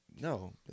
No